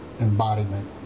embodiment